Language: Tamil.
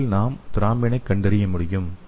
இதில் நாம் த்ரோம்பினைக் கண்டறிய முடியும்